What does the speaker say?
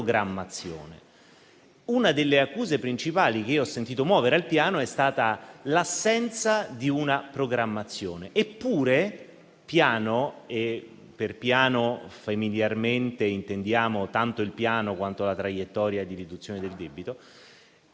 Una delle accuse principali che ho sentito muovere al Piano è stata l'assenza di una programmazione. Eppure il Piano - intendendo con tale termine familiarmente tanto il piano quanto la traiettoria di riduzione del debito